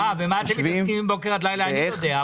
חושבים --- במה אתם מתעסקים מבוקר עד לילה אני יודע,